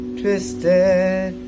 twisted